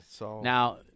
Now